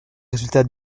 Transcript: résultats